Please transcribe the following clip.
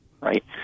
right